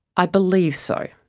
i believe so.